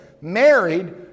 married